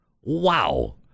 wow